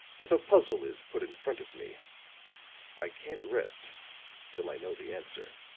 if a puzzle is put in front of me i can't rest till i know the answer.